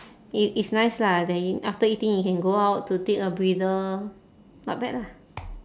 i~ it's nice lah then after eating you can go out to take a breather not bad lah